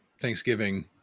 thanksgiving